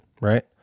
right